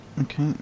Okay